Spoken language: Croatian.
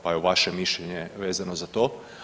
Pa evo vaše mišljenje vezano za to.